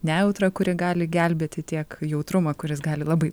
nejautrą kuri gali gelbėti tiek jautrumą kuris gali labai